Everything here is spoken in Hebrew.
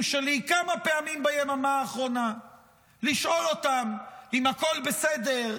שלי כמה פעמים ביממה האחרונה לשאול אותם אם הכול בסדר,